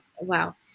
wow